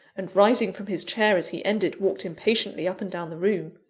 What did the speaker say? and rising from his chair as he ended, walked impatiently up and down the room.